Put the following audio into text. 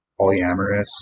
polyamorous